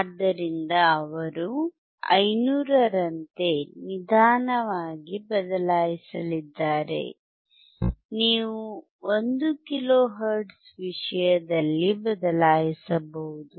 ಆದ್ದರಿಂದ ಅವರು 500 ರಂತೆ ನಿಧಾನವಾಗಿ ಬದಲಾಯಿಸಲಿದ್ದಾರೆ ನೀವು 1 ಕಿಲೋಹೆರ್ಟ್ಜ್ ವಿಷಯದಲ್ಲಿ ಬದಲಾಯಿಸಬಹುದು